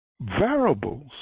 variables